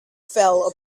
fell